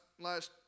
last